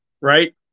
Right